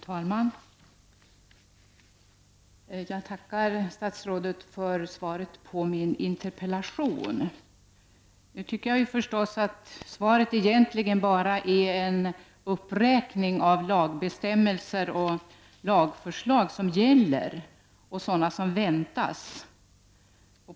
Fru talman! Jag tackar statsrådet för svaret på min interpellation. Jag tycker förstås att svaret egentligen bara är en uppräkning av lagbestämmelser och lagförslag.